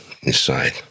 inside